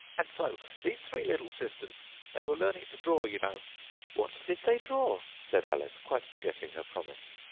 and so these three little sisters they were learning to draw, you know what did they draw said alice, quite forgetting her promise.